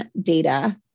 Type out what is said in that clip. data